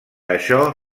això